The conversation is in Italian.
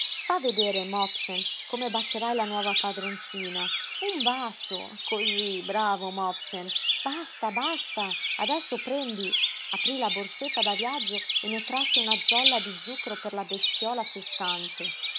fa vedere mopchen come bacerai la nuova padroncina un bacio cosí bravo mopchen basta basta adesso prendi aprí la borsetta da viaggio e ne trasse una zolla di zucchero per la bestiola festante